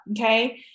okay